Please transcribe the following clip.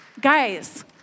Guys